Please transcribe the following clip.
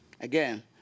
again